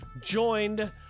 joined